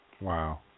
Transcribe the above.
wow